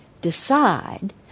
decide